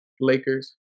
Lakers